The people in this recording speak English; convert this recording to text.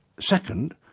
second,